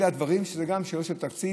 אלה דברים שגם הם שאלה של תקציב,